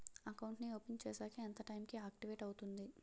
Account నీ open చేశాక ఎంత టైం కి ఆక్టివేట్ అవుతుంది?